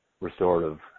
restorative